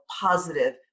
positive